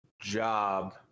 job